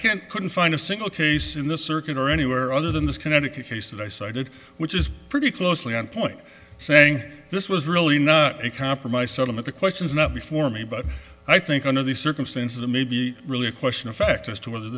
can't couldn't find a single case in this circuit or anywhere other than this connecticut case that i cited which is pretty closely on point saying this was really a compromise settlement the questions not before me but i think under these circumstances it may be really a question of fact as to whether